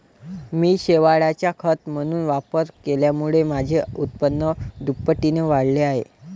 मी शेवाळाचा खत म्हणून वापर केल्यामुळे माझे उत्पन्न दुपटीने वाढले आहे